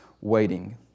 waiting